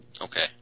Okay